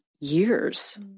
years